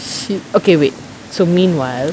okay wait so meanwhile